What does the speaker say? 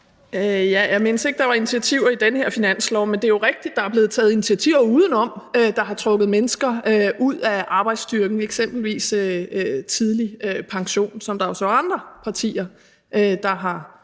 Jeg mindes ikke, at der var initiativer i den her finanslov, men det er jo rigtigt, at der er blevet taget initiativer udenom, der har trukket mennesker ud af arbejdsstyrken, eksempelvis tidlig pension, som der jo så er andre partier der har